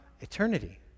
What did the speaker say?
eternity